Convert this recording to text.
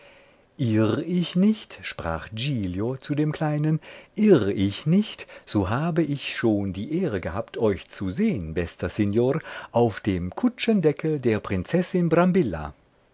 irr ich nicht sprach giglio zu dem kleinen irr ich nicht so habe ich schon die ehre gehabt euch zu sehn bester signor auf dem kutschendeckel der prinzessin